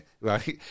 right